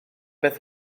beth